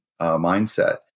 mindset